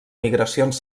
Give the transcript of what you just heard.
migracions